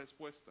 respuesta